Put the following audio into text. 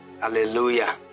hallelujah